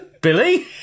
Billy